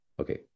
Okay